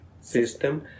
system